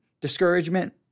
discouragement